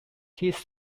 his